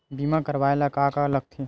बीमा करवाय ला का का लगथे?